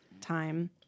time